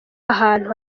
ahantu